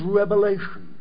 revelation